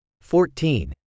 Fourteen